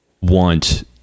want